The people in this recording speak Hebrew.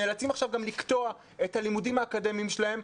נאלצים עכשיו גם לקטוע את הלימודים האקדמיים שלהם,